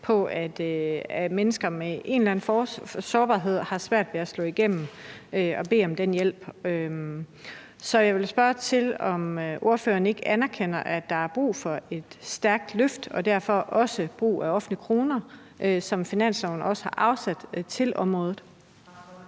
se, at mennesker med en eller anden form for sårbarhed har svært ved at slå igennem og bede om hjælp. Så jeg vil spørge, om ordføreren ikke anerkender, at der er brug for et stærkt løft og derfor også brug for de offentlige kroner, som også er afsat på